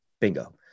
Bingo